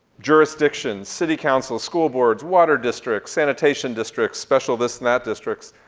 jurisdictions, city councils, school boards, water district, sanitation district, special this and that districts,